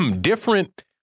different